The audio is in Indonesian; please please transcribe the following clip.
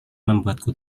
membuatku